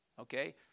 okay